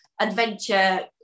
adventure